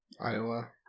Iowa